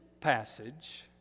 passage